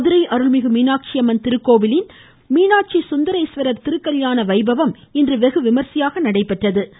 மதுரை அருள்மிகு மீனாட்சி அம்மன் திருக்கோவிலின் மீனாட்சி சுந்தரேஸ்வரா் திருக்கல்யாண வைபவம் இன்று வெகுவிமர்சையாக நடைபெற்றது